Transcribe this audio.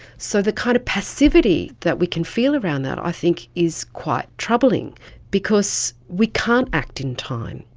so the kind of passivity that we can feel around that i think is quite troubling because we can't act in time,